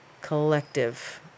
collective